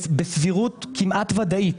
בסבירות כמעט ודאית,